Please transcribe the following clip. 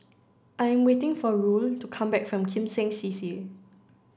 I am waiting for Roel to come back from Kim Seng C C